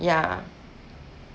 yeah